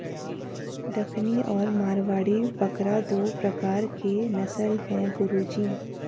डकनी और मारवाड़ी बकरा दो प्रकार के नस्ल है गुरु जी